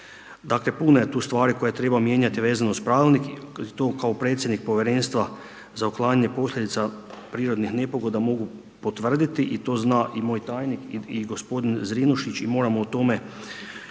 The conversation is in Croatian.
Dakle, puno je tu stvari koje treba mijenjati vezano uz pravilnik, to kao predsjednik Povjerenstva za uklanjanje posljedica prirodnih nepogoda mogu potvrditi i to zna i moj tajnik i gospodin Zrinušić i moramo o tome